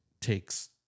takes